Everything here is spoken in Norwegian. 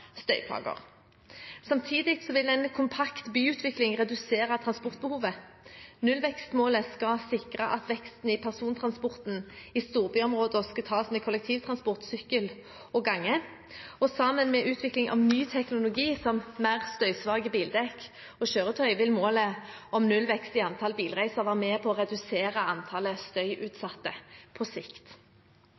støyplager. Samtidig vil en kompakt byutvikling redusere transportbehovet. Nullvekstmålet skal sikre at veksten i persontransporten i storbyområder skal tas med kollektivtransport, sykkel og gange. Sammen med utvikling av ny teknologi som mer støysvake bildekk og kjøretøy vil målet om nullvekst i antall bilreiser være med på å redusere antallet støyutsatte på sikt.